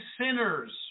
sinners